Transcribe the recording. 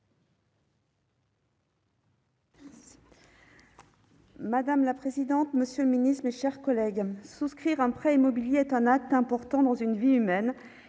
Madame la présidente, monsieur le ministre, mes chers collègues, souscrire un prêt immobilier est un acte important dans une vie.